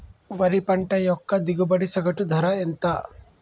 వరి పంట యొక్క దిగుబడి సగటు ధర ఎంత?